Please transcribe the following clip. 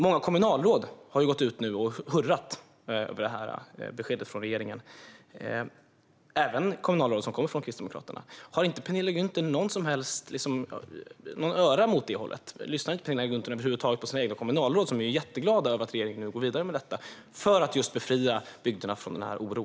Många kommunalråd har nu gått ut och hurrat över beskedet från regeringen - även kommunalråd från Kristdemokraterna. Har Penilla Gunther inte alls riktat örat åt det hållet? Lyssnar Penilla Gunther över huvud taget inte på sina egna kommunalråd, som är jätteglada över att regeringen nu går vidare med detta för att just befria bygderna från oron?